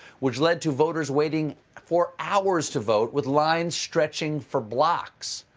which led to voters waiting for hours to vote, with lines stretching for blocks.